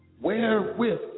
wherewith